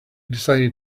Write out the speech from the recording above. decided